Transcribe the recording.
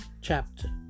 chapter